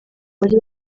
bari